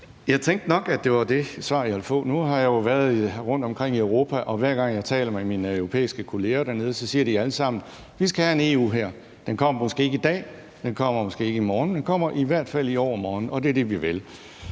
Jeg tænkte nok, at det var det svar, jeg ville få. Nu har jeg jo været rundt omkring i Europa, og hver gang jeg taler med mine europæiske kolleger, siger de alle sammen: Vi skal have en EU-hær; den kommer måske ikke i dag, og den kommer måske ikke i morgen, men den kommer i hvert fald i overmorgen; og det er det, vi vil.